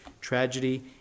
tragedy